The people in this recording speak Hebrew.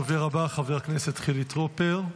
הדובר הבא, חבר הכנסת חילי טרופר.